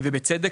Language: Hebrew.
ובצדק,